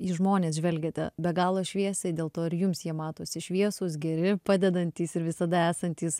į žmones žvelgiate be galo šviesiai dėl to ir jums jie matosi šviesūs geri padedantys ir visada esantys